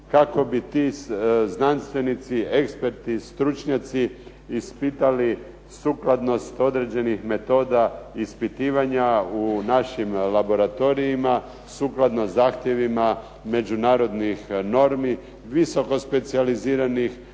kako bi ti znanstvenici, eksperti, stručnjaci ispitali sukladnost određenih metoda ispitivanja u našim laboratorijima sukladno zahtjevima međunarodnih normi, visokospecijaliziranih